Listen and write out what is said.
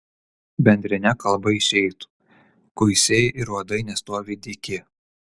bendrine kalba išeitų kuisiai ir uodai nestovi dyki